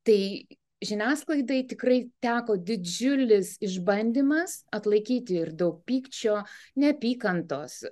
tai žiniasklaidai tikrai teko didžiulis išbandymas atlaikyti ir daug pykčio neapykantos